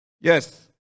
Yes